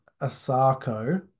Asako